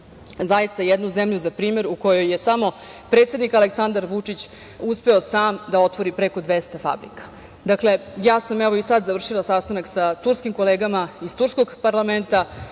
zaista jednu zemlju za primer u kojoj je samo predsednik Aleksandar Vučić uspeo sam da otvori preko 200 fabrika. Dakle, ja sam sada završila sastanak sa turskim kolegama iz turskog parlamenta